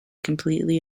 completely